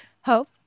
hope